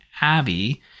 Abby